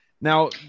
now